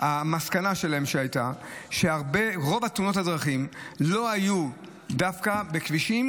המסקנה שלהם הייתה שרוב תאונות הדרכים לא היו דווקא בכבישים